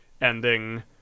ending